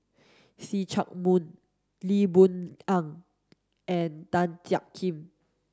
See Chak Mun Lee Boon Ngan and Tan Jiak Kim